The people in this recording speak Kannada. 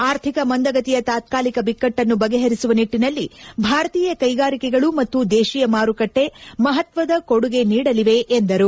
ಆರ್ಥಿಕ ಮಂದಗತಿಯ ತಾತಾಲಿಕ ಬಿಕಟ್ಟನ್ನು ಬಗೆಪರಿಸುವ ನಿಟ್ಟನಲ್ಲಿ ಭಾರತೀಯ ಕೈಗಾರಿಕೆಗಳು ಮತ್ತು ದೇಶೀಯ ಮಾರುಕಟ್ಟೆ ಮಹತ್ವದ ಕೊಡುಗೆ ನೀಡಲಿದೆ ಎಂದರು